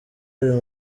uyu